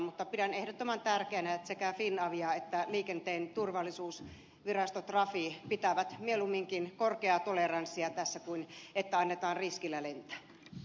mutta pidän ehdottoman tärkeänä että sekä finavia että liikenteen turvallisuusvirasto trafi pitävät mieluumminkin korkeaa toleranssia tässä kuin että annetaan riskillä lentää